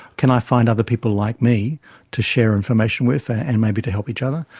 can i find other people like me to share information with and maybe to help each other?